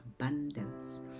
abundance